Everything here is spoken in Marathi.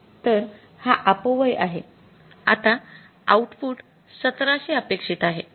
तर हा अपव्यय आहे आता आउटपुट १७०० अपेक्षित आहे